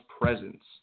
presence